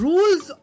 Rules